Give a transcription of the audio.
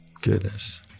Goodness